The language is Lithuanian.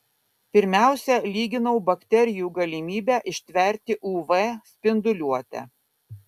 pirmiausia lyginau bakterijų galimybę ištverti uv spinduliuotę